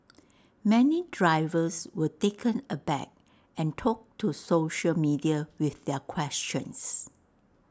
many drivers were taken aback and took to social media with their questions